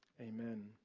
amen